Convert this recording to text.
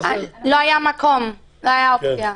לא היה מקום, לא הייתה אופציה.